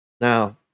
Now